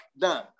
done